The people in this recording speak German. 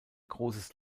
großes